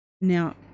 now